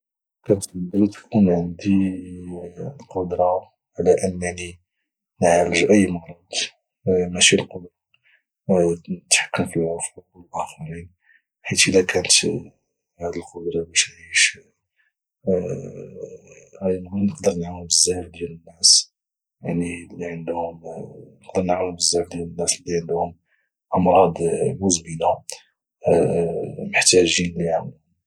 كنفضل تكون عندي القدره على على انني نعالج اي مرض ماشي القدره تحكم في عقول الاخرين حيث الا كانت هذه القدره باش نعيش اي مرض نقدر نعاون بزاف ديال الناس اللي عندهم امراض مزمنه محتاجين اللي يعاونهم